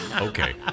Okay